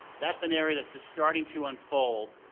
that's an area that's starting to unfold.